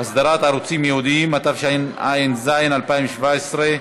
אסדרת ערוצים ייעודיים), התשע"ז 2017,